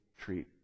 treat